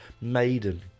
maiden